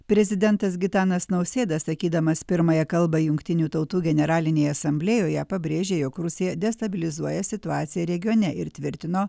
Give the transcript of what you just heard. prezidentas gitanas nausėda sakydamas pirmąją kalbą jungtinių tautų generalinėje asamblėjoje pabrėžė jog rusija destabilizuoja situaciją regione ir tvirtino